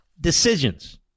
decisions